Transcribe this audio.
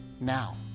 now